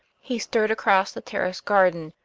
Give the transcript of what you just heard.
he strode across the terraced garden,